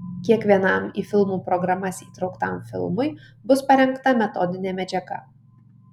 kiekvienam į filmų programas įtrauktam filmui bus parengta metodinė medžiaga